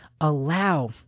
allow